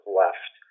left